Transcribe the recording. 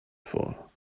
vor